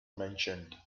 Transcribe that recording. mentioned